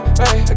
hey